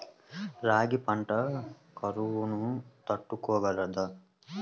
రాగి పంట కరువును తట్టుకోగలదా?